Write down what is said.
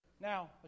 Now